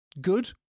good